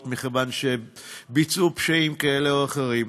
מכיוון שביצעו פשעים כאלה או אחרים.